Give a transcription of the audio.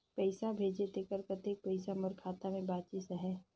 पइसा भेजे तेकर कतेक पइसा मोर खाता मे बाचिस आहाय?